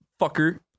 fucker